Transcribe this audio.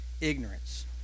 ignorance